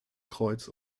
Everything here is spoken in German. kreuz